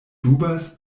dubas